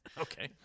Okay